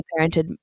parented